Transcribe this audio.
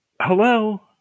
hello